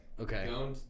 Okay